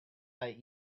that